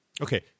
okay